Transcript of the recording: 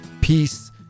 Peace